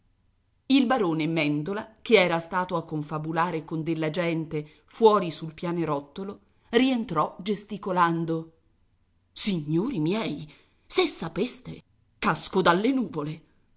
il barone mèndola che era stato a confabulare con della gente fuori sul pianerottolo rientrò gesticolando signori miei se sapeste casco dalle nuvole